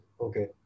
okay